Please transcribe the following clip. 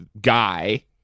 guy